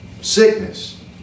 sickness